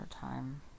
time